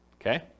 okay